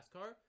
car